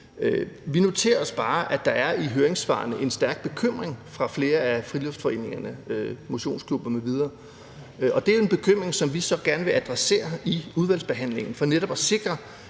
Vi noterer os bare, at der i høringssvarene er en stærk bekymring hos flere af friluftsforeningerne, motionsklubber m.v., og det er en bekymring, som vi gerne vil adressere i udvalgsbehandlingen for netop at sikre,